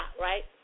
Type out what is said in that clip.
right